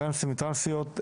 טרנסים וטרנסיות,